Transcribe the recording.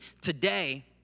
today